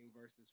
versus